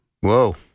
Whoa